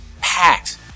packed